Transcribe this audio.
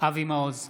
אבי מעוז,